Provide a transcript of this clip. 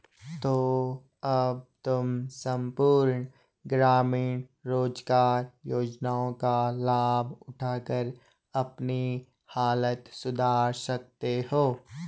तो अब तुम सम्पूर्ण ग्रामीण रोज़गार योजना का लाभ उठाकर अपनी हालत सुधार सकते हो